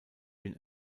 been